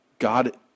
God